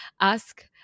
ask